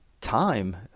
time